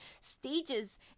stages